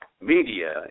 media